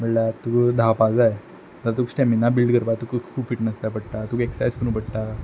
म्हळ्ळ्यार तूं धावपाक जाय जाल तुक स्टॅमिना बिल्ड करपाक तुका खूब फिटनस जाय पडटा तुक एक्सर्सायज करूंक पडटा